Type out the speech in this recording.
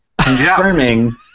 confirming